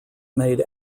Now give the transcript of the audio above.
made